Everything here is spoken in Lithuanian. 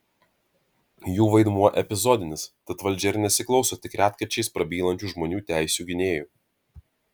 jų vaidmuo epizodinis tad valdžia ir nesiklauso tik retkarčiais prabylančių žmonių teisių gynėjų